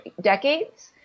decades